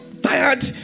tired